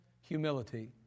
Humility